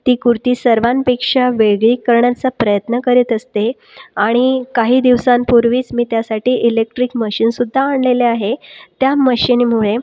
ती कुर्ती सर्वांपेक्षा वेगळी करण्याचा प्रयत्न करीत असते आणि काही दिवसांपूर्वीच मी त्यासाठी इलेक्ट्रिक मशीनसुद्धा आणलेले आहे त्या मशीनमुळे